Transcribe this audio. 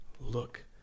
Look